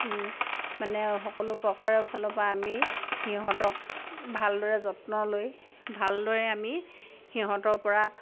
মানে সকলো প্ৰকাৰৰ ফালৰ পৰা আমি সিহঁতক ভালদৰে যত্ন লৈ ভালদৰে আমি সিহঁতৰ পৰা